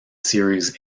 series